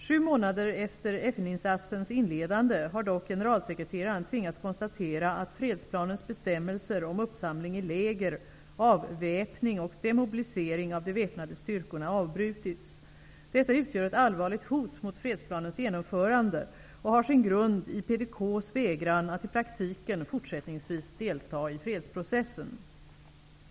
Sju månader efter FN-insatsens inledande har dock generalsekreteraren tvingats konstatera att fredsplanens bestämmelser om uppsamling i läger, avväpning och demobilisering av de väpnade styrkorna avbrutits. Detta utgör ett allvarligt hot mot fredsplanens genomförande och har sin grund i PDK:s vägran att i praktiken fortsättningsvis delta i fredsprocessen.